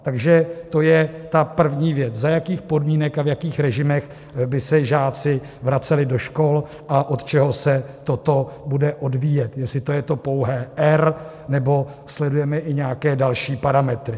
Takže to je ta první věc, za jakých podmínek a v jakých režimech by se žáci vraceli do škol a od čeho se toto bude odvíjet, jestli to je to pouhé R, nebo sledujeme i nějaké další parametry.